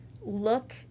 look